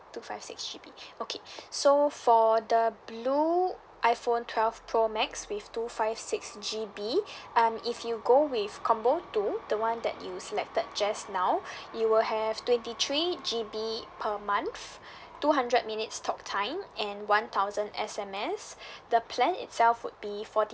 two five six G_B okay so for the blue iphone twelve pro max with two five six G_B um if you go with combo two the [one] that you've selected just now you will have twenty three G_B per month two hundred minutes talk time and one thousand S_M_S the plan itself would be forty